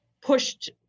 pushed